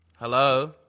Hello